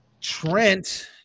Trent